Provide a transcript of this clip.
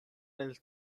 nel